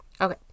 Okay